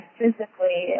physically